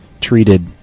treated